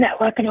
networking